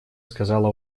сказала